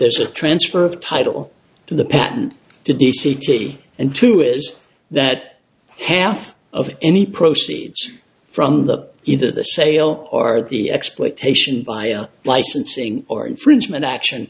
there's a transfer of title to the patent to d c t and two is that half of any proceeds from the either the sale or the exploitation by licensing or infringement action